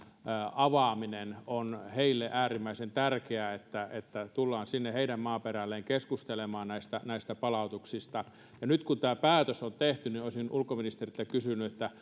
avaaminen on heille äärimmäisen tärkeää että että tullaan sinne heidän maaperälleen keskustelemaan näistä näistä palautuksista ja nyt kun tämä päätös on tehty niin olisin ulkoministeriltä kysynyt